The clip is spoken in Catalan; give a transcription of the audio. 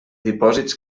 dipòsits